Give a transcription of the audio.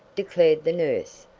declared the nurse.